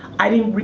i didn't,